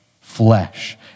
flesh